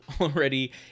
already